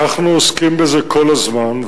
אנחנו עוסקים בזה כל הזמן.